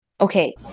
okay